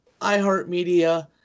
iHeartMedia